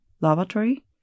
Laboratory